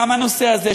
גם הנושא הזה,